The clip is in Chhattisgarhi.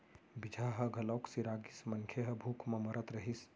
बीजहा ह घलोक सिरा गिस, मनखे ह भूख म मरत रहिस